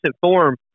form